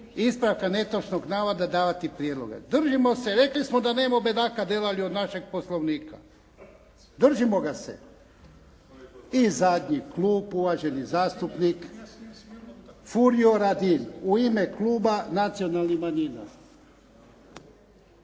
ispravka netočnog navoda davati prijedloge. Držimo se. Rekli smo da nemo bedaka delali od našeg Poslovnika. Držimo ga se. I zadnji klub, uvaženi zastupnik Furio Radin, u ime kluba nacionalnih manjina.